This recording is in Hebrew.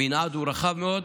המנעד הוא רחב מאוד,